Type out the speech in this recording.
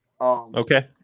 Okay